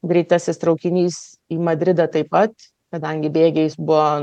greitasis traukinys į madridą taip pat kadangi bėgiais buvo